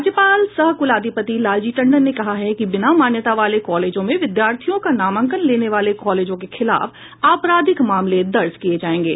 राज्यपाल सह कुलाधिपति लालजी टंडन ने कहा है कि बिना मान्यता वाले कॉलेजों में विद्यार्थियों का नामांकन लेने वाले कॉलेजों के खिलाफ आपराधिक मामले दर्ज किये जायेंगे